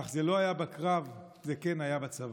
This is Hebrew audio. אך זה לא היה בקרב, זה כן היה בצבא.